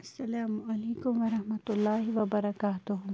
اَلسلامُ علیکُم وَرحمتُہ اللہِ وَبَرکاتَہوٗ